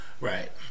right